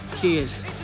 Cheers